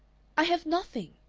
i have nothing,